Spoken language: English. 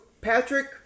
Patrick